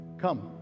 come